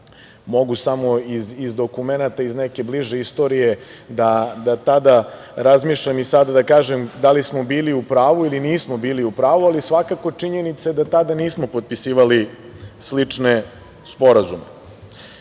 mogu samo iz dokumenata iz neke bliže istorije da tada razmišljam i sada da kažem da li smo bili u pravu ili nismo bili u pravu, ali svakako činjenica je da tada nismo potpisivali slične sporazume.